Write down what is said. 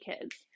kids